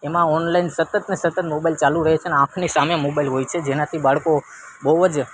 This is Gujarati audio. એમાં ઓનલાઈન સતતને સતત મોબાઈલ ચાલુ રે છે અને આંખની સામે મોબાઈલ હોય છે જેનાથી બાળકો બહુ જ